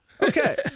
Okay